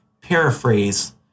paraphrase